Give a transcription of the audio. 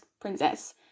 princess